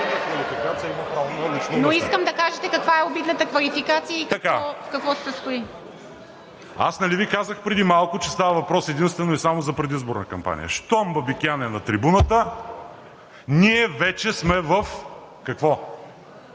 но искам да кажете каква е обидната квалификация и в какво се състои. МАНОИЛ МАНЕВ (ГЕРБ-СДС): Аз нали Ви казах преди малко, че става въпрос единствено и само за предизборна кампания? Щом Бабикян е на трибуната, ние вече сме в какво